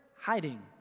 Hiding